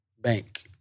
Bank